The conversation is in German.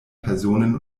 personen